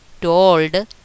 told